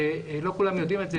ולא כולם יודעים את זה,